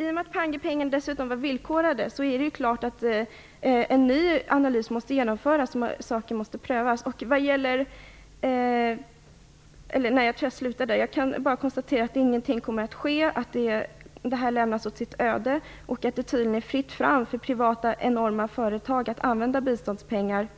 I och med att Panguepengen var villkorad måste naturligtvis en ny analys göras. Jag kan konstatera att ingenting kommer att ske och att detta lämnas åt sitt öde. Det är tydligen fritt fram för privata företag att använda biståndspengar